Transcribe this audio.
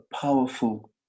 powerful